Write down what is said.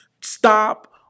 Stop